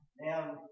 Now